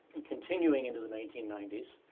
and continuing into the nineteen ninety s.